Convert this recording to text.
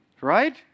right